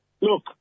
Look